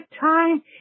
time